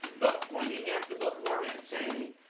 but pointing at the book of mormon and saying,